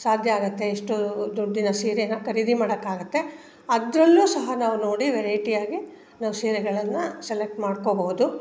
ಸಾಧ್ಯ ಆಗುತ್ತೆ ಎಷ್ಟೂ ದುಡ್ಡಿನ ಸೀರೆನ ಖರೀದಿ ಮಾಡೋಕ್ಕಾಗುತ್ತೆ ಅದರಲ್ಲೂ ಸಹ ನಾವು ನೋಡಿ ವೆರೈಟಿಯಾಗಿ ನಾವು ಸೀರೆಗಳನ್ನು ಸೆಲೆಕ್ಟ್ ಮಾಡ್ಕೊಳ್ಬಹುದು